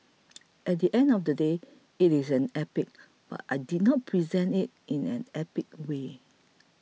at the end of the day it is an epic but I didn't present it in an epic way